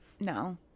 no